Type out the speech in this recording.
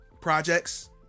projects